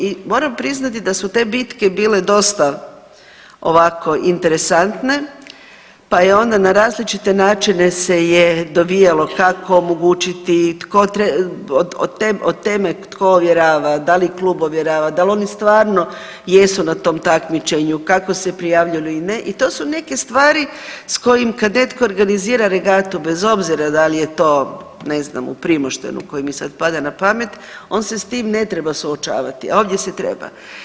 I moram priznati da su te bitke bile dosta ovako interesantne, pa je onda na različite načine se je dovijalo kako omogućiti, od tema tko ovjerava da li klub ovjerava, dal oni stvarno jesu na tom takmičenju, kako se prijavljuju ili ne i to su neke stvari s kojim kad netko organizira regatu bez obzira da li je to ne znam u Primoštenu koji mi sad pada na pamet, on se s tim ne treba suočavati, a ovdje se treba.